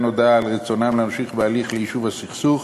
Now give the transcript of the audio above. הודעה על רצונם להמשיך בהליך ליישוב הסכסוך